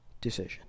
decision